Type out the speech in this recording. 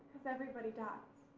everybody dies,